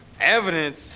evidence